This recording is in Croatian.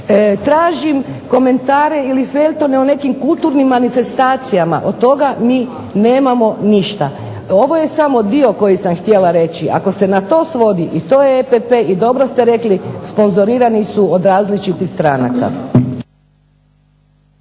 Tražim komentare ili feljtone o nekim kulturnim manifestacijama, od toga nemamo ništa. Ovo je samo dio koji sam htjela reći. Ako se na to svodi i to je EPP i dobro ste rekli, sponzorirani su od različitih stranaka.